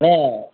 அண்ணே